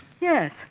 Yes